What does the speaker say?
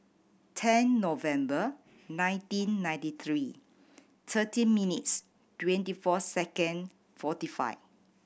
ten November nineteen ninety three thirteen minutes twenty four second forty five